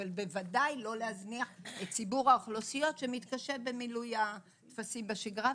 אבל בוודאי לא להזניח את ציבור האוכלוסיות שמתקשה במילוי הטפסים בשגרה.